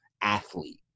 athlete